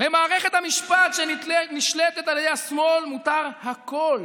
למערכת המשפט שנשלטת על ידי השמאל מותר הכול,